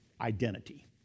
identity